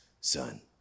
son